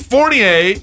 Fournier